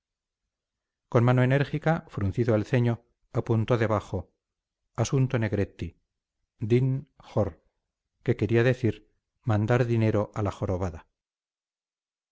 con mano enérgica fruncido el ceño apuntó debajo asunto negretti din jor que quería decir mandar dinero a la jorobada